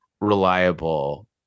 reliable